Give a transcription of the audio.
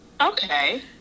Okay